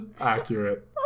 Accurate